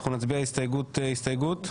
אנחנו נצביע הסתייגות הסתייגות?